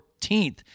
14th